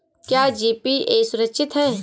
क्या जी.पी.ए सुरक्षित है?